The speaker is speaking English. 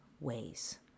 ways